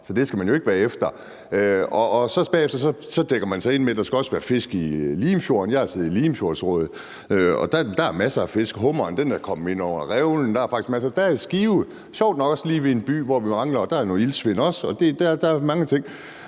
Så det skal man jo ikke være efter. Bagefter dækker man sig ind med, at der også skal være fisk i Limfjorden. Jeg har siddet i Limfjordsrådet. Der er masser af fisk. Hummeren er kommet ind over revlen. Der er faktisk masser. Der er Skive – sjovt nok også lige ved en by – hvor vi mangler fisk, og hvor der også er noget iltsvind; der er mange ting.